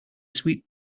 sweet